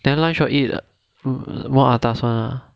then lunch you all eat more atas [one] ah